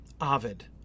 Ovid